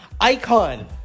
Icon